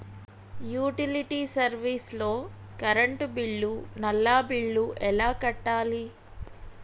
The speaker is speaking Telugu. యుటిలిటీ సర్వీస్ లో కరెంట్ బిల్లు, నల్లా బిల్లు ఎలా కట్టాలి?